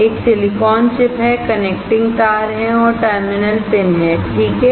एक silicon chip है connecting तार हैं और टर्मिनल पिन हैं ठीक है